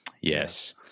Yes